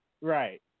Right